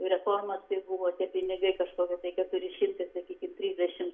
reforma tai buvo tie pinigai kažkokie tai keturi šimtai sakykim trisdešimt